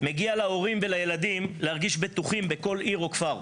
מגיע להורים ולילדים להרגיש בטוחים בכל עיר או כפר.